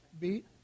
beat